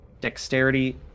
Dexterity